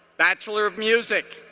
bachelor of music,